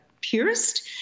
purist